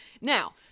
Now